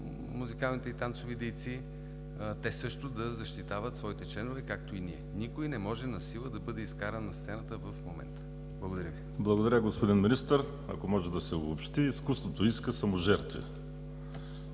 музикалните и танцовите дейци – също да защитават своите членове, както и ние. Никой не може насила да бъде изкаран на сцената в момента! Благодаря Ви. ПРЕДСЕДАТЕЛ ВАЛЕРИ СИМЕОНОВ: Благодаря, господин Министър. Ако може, да се обобщи: изкуството иска саможертви.